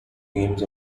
games